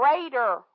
greater